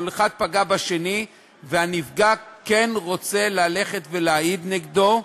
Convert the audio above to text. אבל אם אחד פגע בשני והנפגע כן רוצה ללכת ולהעיד נגדו,